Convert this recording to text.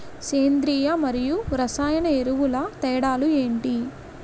సేంద్రీయ మరియు రసాయన ఎరువుల తేడా లు ఏంటి?